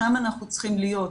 שם אנחנו צריכים להיות.